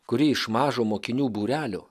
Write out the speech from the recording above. kuri iš mažo mokinių būrelio